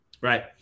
Right